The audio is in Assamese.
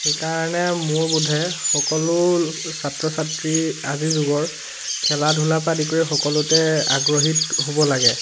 সেইকাৰণে মোৰ বোধে সকলো ছাত্ৰ ছাত্ৰী আজি যুগৰ খেলা ধূলা পৰা আদি কৰি সকলোতে আগ্ৰহী হ'ব লাগে